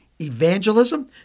evangelism